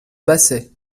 basset